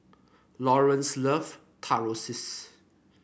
Laurence loves Tortillas